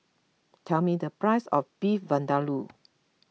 tell me the price of Beef Vindaloo